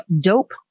Dope